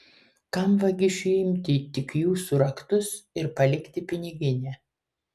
kam vagišiui imti tik jūsų raktus ir palikti piniginę